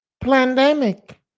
pandemic